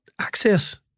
access